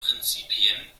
prinzipien